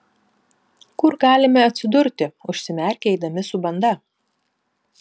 kur galime atsidurti užsimerkę eidami su banda